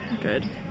Good